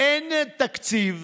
אין תקציב,